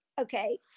Okay